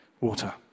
water